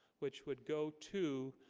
which would go to